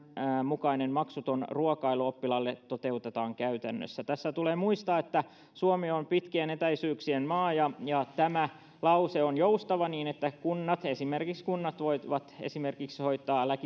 mukainen maksuton ruokailu oppilaille toteutetaan käytännössä tässä tulee muistaa että suomi on pitkien etäisyyksien maa ja ja tämä lause on joustava niin että esimerkiksi kunnat voivat hoitaa